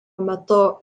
metu